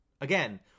again